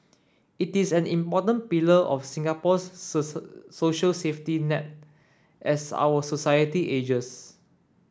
it is an important pillar of Singapore's social safety net as our society ages